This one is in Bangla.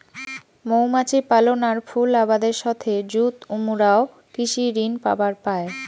মৌমাছি পালন আর ফুল আবাদের সথে যুত উমরাও কৃষি ঋণ পাবার পায়